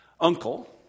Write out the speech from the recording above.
uncle